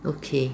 okay